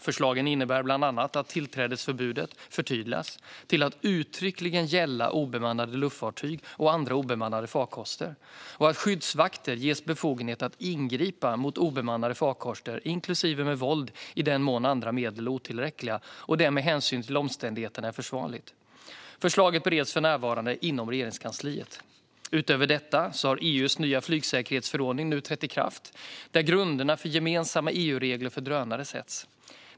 Förslagen innebär bland annat att tillträdesförbudet förtydligas till att uttryckligen gälla obemannade luftfartyg och andra obemannade farkoster och att skyddsvakter ges befogenhet att ingripa mot obemannade farkoster, inklusive med våld i den mån andra medel är otillräckliga och det med hänsyn till omständigheterna är försvarligt. Förslagen bereds för närvarande inom Regeringskansliet. Utöver detta har EU:s nya flygsäkerhetsförordning nu trätt i kraft, där grunderna för gemensamma EU-regler för drönare sätts.